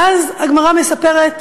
ואז, הגמרא מספרת: